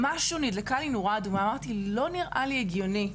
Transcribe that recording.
נדלקה לי נורה אדומה, זה לא נראה היה לי הגיוני.